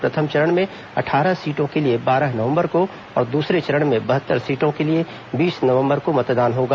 प्रथम चरण में अट्ठारह सीटों के लिए बारह नवंबर को और दूसरे चरण में बहत्तर सीटों के लिए बीस नवंबर को मतदान होगा